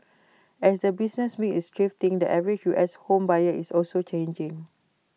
as the business mix is shifting the average U S home buyer is also changing